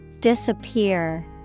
Disappear